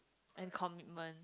and commitment